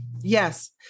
Yes